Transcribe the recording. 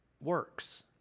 works